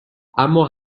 اما